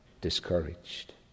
discouraged